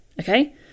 okay